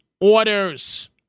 orders